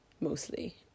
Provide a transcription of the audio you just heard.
mostly